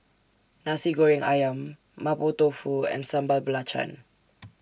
Nasi Goreng Ayam Mapo Tofu and Sambal Belacan